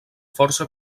força